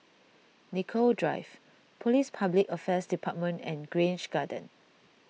Nicoll Drive Police Public Affairs Department and Grange Garden